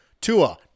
Tua